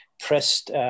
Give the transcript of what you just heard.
pressed